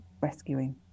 rescuing